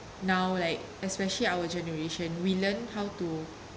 now like especially our generation we learn how to